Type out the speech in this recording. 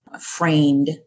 framed